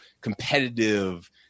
competitive